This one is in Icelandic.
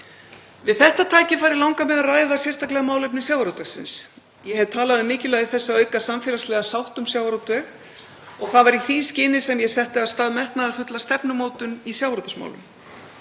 Við þetta tækifæri langar mig að ræða sérstaklega málefni sjávarútvegsins. Ég hef talað um mikilvægi þess að auka samfélagslega sátt um sjávarútveg og það var í því skyni sem ég setti af stað metnaðarfulla stefnumótun í sjávarútvegsmálum.